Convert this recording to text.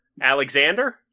Alexander